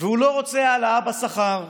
והוא לא רוצה העלאה בשכר,